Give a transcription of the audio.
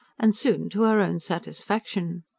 and soon to her own satisfaction.